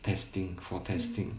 testing for testing